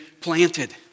planted